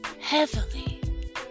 heavily